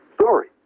story